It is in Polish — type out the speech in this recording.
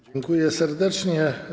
Dziękuję serdecznie.